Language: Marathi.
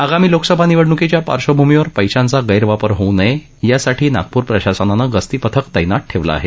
आगामी लोकसभा निवडणूकीच्या पार्श्वभूमीवर पैशांचा गैरवापर होऊ नये यासाठी नागपूर प्रशासनानं गस्ती पथक तैनात ठेवलं आहे